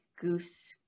goose